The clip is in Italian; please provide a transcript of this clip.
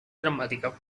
drammatica